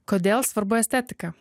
kodėl svarbu estetika